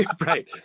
Right